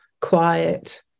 quiet